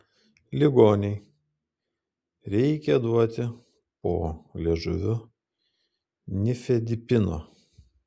ligonei reikia duoti po liežuviu nifedipino